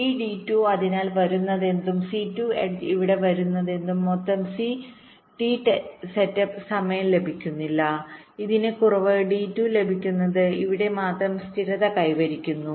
ഈ D2 അതിനാൽ വരുന്നതെന്തും C2 എഡ്ജ് ഇവിടെ വരുന്നതെന്തും മൊത്തം ടി സെറ്റപ്പ് സമയം ലഭിക്കുന്നില്ല ഇതിന് കുറവ് D2 ലഭിക്കുന്നത് ഇവിടെ മാത്രം സ്ഥിരത കൈവരിക്കുന്നു